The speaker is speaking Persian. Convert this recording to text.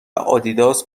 آدیداس